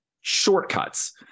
shortcuts